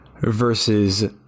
versus